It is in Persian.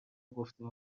گفتیم